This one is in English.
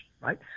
Right